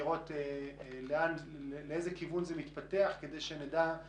לראות לאיזה כיוון זה מתפתח כדי שנדע אם